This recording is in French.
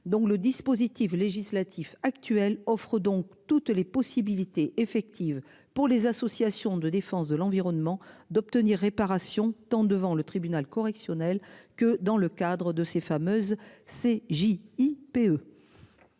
donc le dispositif législatif actuel offre donc toutes les possibilités effectives pour les associations de défense de l'environnement, d'obtenir réparation tente devant le tribunal correctionnel que dans le cadre de ces fameuses C.